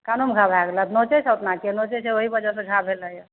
कानोमे घाउ भए गेलऽ नोचै छऽ ओतना किएक नोचै छऽ ओहि वजहसे घाउ भेलऽ यऽ